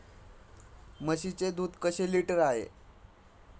म्हशीचे दूध कसे लिटर आहे?